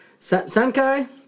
Sankai